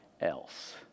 else